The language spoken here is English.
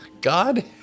god